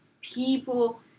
people